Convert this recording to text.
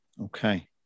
Okay